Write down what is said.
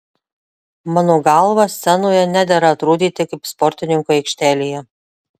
mano galva scenoje nedera atrodyti kaip sportininkui aikštelėje